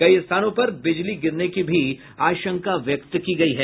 कई स्थानों पर बिजली गिरने की भी आशंका व्यक्त की गयी है